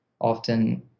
often